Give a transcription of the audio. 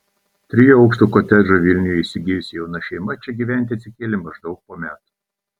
trijų aukštų kotedžą vilniuje įsigijusi jauna šeima čia gyventi atsikėlė maždaug po metų